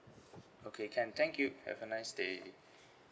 okay can thank you have a nice day